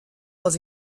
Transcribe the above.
was